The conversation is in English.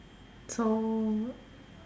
so